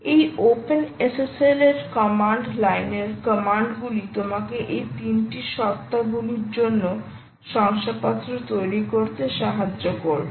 এই OpenSSL এর command লাইনের কমান্ড গুলি তোমাকে এই তিনটি সত্তা গুলির জন্য শংসাপত্র তৈরি করতে সাহায্য করবে